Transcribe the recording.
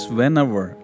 whenever